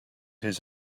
his